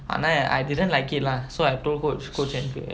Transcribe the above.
ஆனா:aanaa I didn't like it lah so I told coach coach என்க்கு:enkku